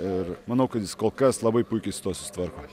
ir manau kad jis kol kas labai puikiai su tuo susitvarko